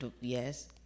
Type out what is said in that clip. yes